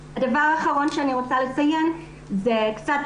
11:36) הדבר האחרון שאני רוצה לציין זה קצת